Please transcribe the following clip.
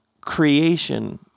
creation